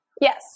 Yes